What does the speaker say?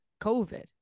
COVID